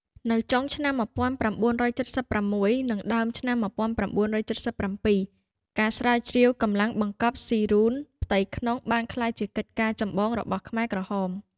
នៅចុងឆ្នាំ១៩៧៦និងដើមឆ្នាំ១៩៧៧ ការស្រាវជ្រាវរកម្លាំងបង្កប់ស៊ីរូនផ្ទៃក្នុងបានក្លាយជាកិច្ចការចម្បងរបស់ ខ្មែរក្រហម ។